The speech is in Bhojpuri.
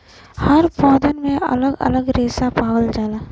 हर पौधन में अलग अलग रेसा पावल जाला